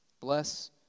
Bless